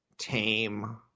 Tame